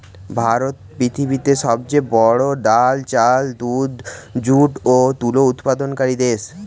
ভারত পৃথিবীতে সবচেয়ে বড়ো ডাল, চাল, দুধ, যুট ও তুলো উৎপাদনকারী দেশ